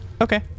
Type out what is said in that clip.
Okay